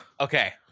Okay